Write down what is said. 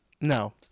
No